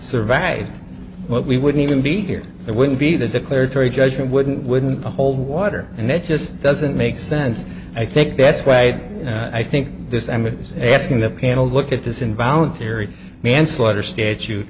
survived what we wouldn't even be here there wouldn't be the declaratory judgment wouldn't wouldn't hold water and it just doesn't make sense i think that's why i think this emmett was asking the panel look at this involuntary manslaughter statute